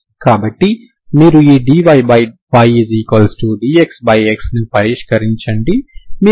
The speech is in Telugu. కాబట్టి మీరు ఈ dyydxx ను పరిష్కరించండి